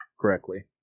correctly